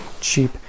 cheap